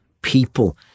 people